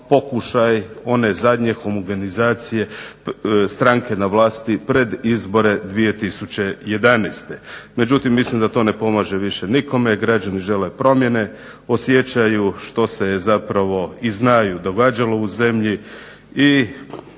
pokušaj one zadnje homogenizacije stranke na vlasti pred izbore 2011. godine. Međutim, mislim da to ne pomaže više nikome, građani žele promjene, osjećaju i znaju što se događalo u zemlji i